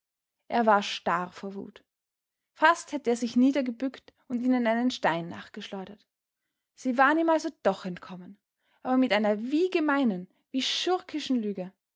er war starr vor wut fast hätte er sich niedergebückt und ihnen einen stein nachgeschleudert sie waren ihm also doch entkommen aber mit einer wie gemeinen wie schurkischen lüge